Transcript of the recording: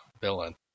villain